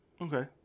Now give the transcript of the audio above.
Okay